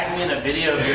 in a video